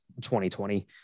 2020